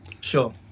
Sure